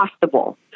possible